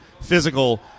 physical